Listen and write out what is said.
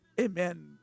amen